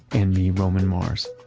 and me roman mars.